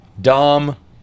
dumb